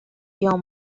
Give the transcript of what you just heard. your